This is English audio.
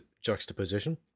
juxtaposition